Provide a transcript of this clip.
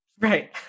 Right